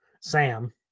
sam